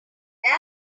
where